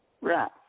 Right